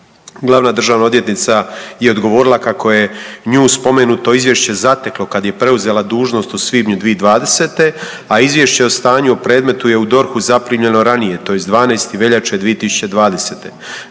Glavna državna odvjetnica je odgovorila kako je nju spomenuto Izvješće zateklo kada je preuzela dužnost u svibnju 2020., a Izvješće o stanju o predmetu je u DORH-u zaprimljeno ranije tj. 12. veljače 2020.